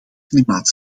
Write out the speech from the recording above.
klimaat